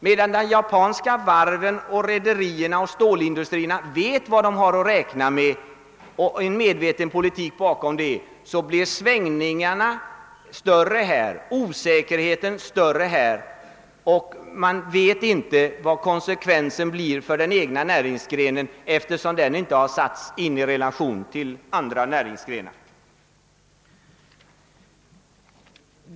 Medan de japanska varven, rederierna och stålindustrierna vet vad de har att räkna med — det är en medveten politik — så blir svängningarna och osäkerheten större här. Man vet inte vad konsekvensen blir för den egna näringsgrenen eftersom den inte har satts i relation till andra näringsgrenar.